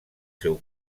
seu